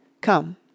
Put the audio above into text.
Come